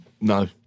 No